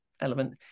element